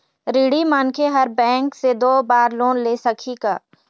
ऋणी मनखे हर बैंक से दो बार लोन ले सकही का?